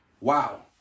wow